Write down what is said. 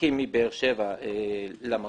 דרכי מבאר שבע למקום.